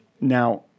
Now